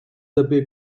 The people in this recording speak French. abbés